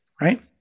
Right